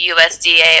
USDA